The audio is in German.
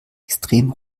extrem